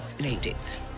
ladies